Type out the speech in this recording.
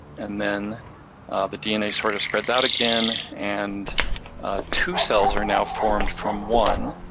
and then the dna sort of spreads out again, and two cells are now formed from one.